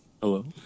Hello